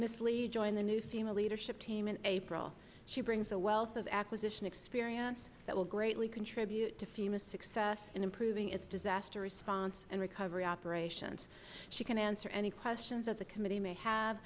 join the new senior leadership team in april she brings a wealth of acquisition experience that will greatly contribute to fema success in improving its disaster response and recovery operations she can answer any questions that the committee may have